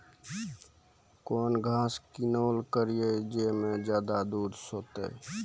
कौन घास किनैल करिए ज मे ज्यादा दूध सेते?